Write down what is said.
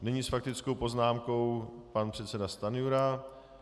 Nyní s faktickou poznámkou pan předseda Stanjura.